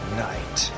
night